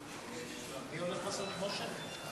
שלוש דקות, גברתי.